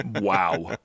wow